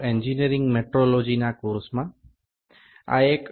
engineering মেট্রোলজির কোর্সে আবার স্বাগতম